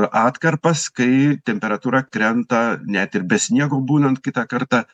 atkarpas kai temperatūra krenta net ir be sniego būnant kitą kartą